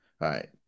right